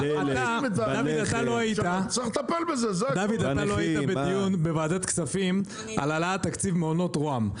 אתה לא היית בדיון בוועדת כספים על העלאת תקציב מעונות רוה"מ.